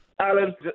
Alan